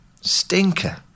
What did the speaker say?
Stinker